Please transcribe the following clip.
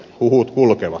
huhut kulkevat